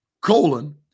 Colon